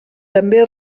també